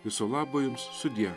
viso labo jums sudie